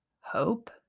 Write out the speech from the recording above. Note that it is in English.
hope